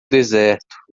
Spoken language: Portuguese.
deserto